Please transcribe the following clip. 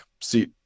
see